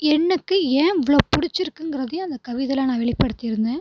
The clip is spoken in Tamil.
எனக்கு ஏன் இவ்வளோ பிடிச்சிருக்குங்குறதையும் அந்த கவிதையிலே நான் வெளிப்படுத்தி இருந்தேன்